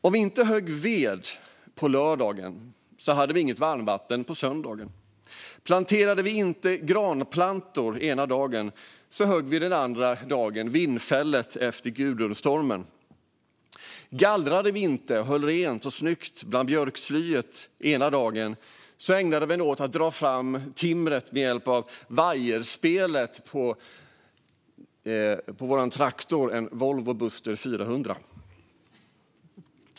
Om vi inte högg ved på lördagen hade vi inget varmvatten på söndagen. Planterade vi inte granplantor den ena dagen så högg vi den andra dagen vindfället efter Gudrunstormen. Gallrade vi inte och höll rent och snyggt bland björkslyet ena dagen så ägnade vi oss åt att dra fram timret med hjälp av vajerspelet på vår traktor, en Volvo Buster 400.